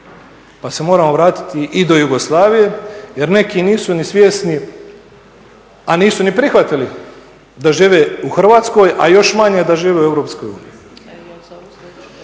pa se moramo vratiti i do Jugoslavije jer neki nisu ni svjesni, a nisu ni prihvatili da žive u Hrvatskoj, a još manje da žive u Europskoj